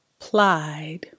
applied